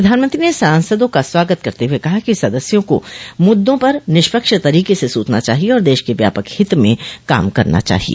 प्रधानमंत्री ने सांसदों का स्वागत करते हुए कहा कि सदस्यों को मुद्दों पर निष्पक्ष तरीके से सोचना चाहिए और देश के व्यापक हित में काम करना चाहिए